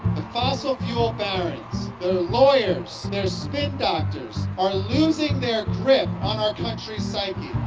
the fossil fuel barons, their lawyers, their spindoctors are losing their grip on our countries psyche.